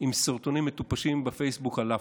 עם סרטונים מטופשים בפייסבוק על לאפות.